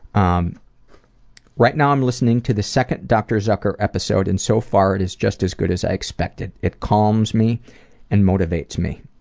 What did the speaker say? um right now i'm listening to the second dr. zucker episode and so far it is just as good as i expected. it calms me and motivates me.